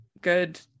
good